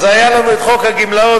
אז היה לנו חוק הגמלאות,